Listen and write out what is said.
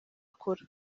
akora